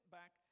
back